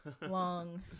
long